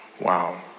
wow